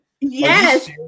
Yes